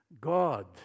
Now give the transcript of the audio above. God